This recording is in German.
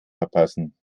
verpassen